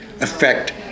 affect